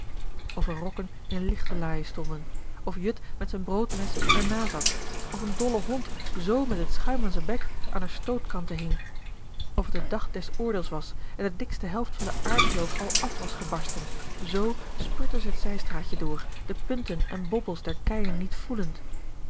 rokken in lichtelaaie stonden of jut met z'n broodmes r na zat of n dolle hond z met t schuim an zn bek an r stootkanten hing of t de dag des oordeels was en de dikste helft van den aardkloof al af was gebarsten z spurtte ze t zijstraatje door de punten en bobbels der keien niet vélend